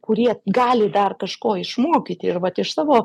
kurie gali dar kažko išmokyti ir vat iš savo